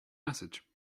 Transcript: message